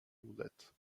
roulette